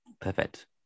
Perfect